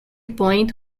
point